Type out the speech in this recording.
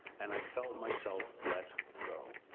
and i felt myself let go.